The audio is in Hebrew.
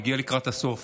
הוא הגיע לקראת הסוף.